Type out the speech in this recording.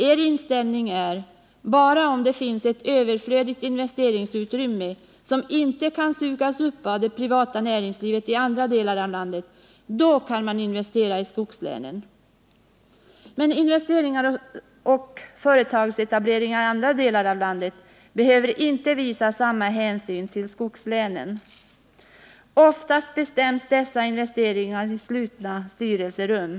Er inställning är: Bara om det finns ett överflödigt investeringsutrymme, som inte kan sugas upp av det privata näringslivet i andra delar av landet, kan man investera i skogslänen. Men när det gäller investeringar och företagsetable ringar i andra delar av landet behöver man inte visa samma hänsyn till skogslänen. Oftast bestäms dessa investeringar i slutna styrelserum.